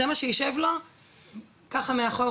זה מה שיישב לו ככה מאחורה.